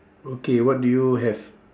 okay what do you have